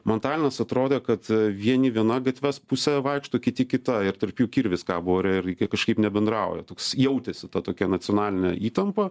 man talinas atrodo kad vieni viena gatvės puse vaikšto kiti kita ir tarp jų kirvis kabo ore ir jie kažkaip nebendrauja toks jautėsi ta tokia nacionalinė įtampa